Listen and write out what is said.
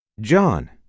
John